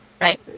Right